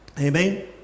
amen